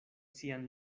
sian